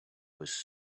was